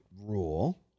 rule